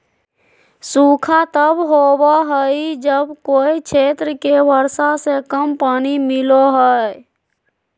सूखा तब होबो हइ जब कोय क्षेत्र के वर्षा से कम पानी मिलो हइ